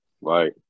Right